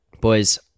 boys